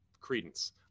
credence